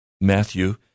Matthew